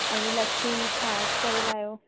ऐं लस्सी छाछ करे लाहियो